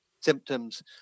symptoms